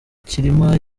cyilima